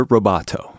Roboto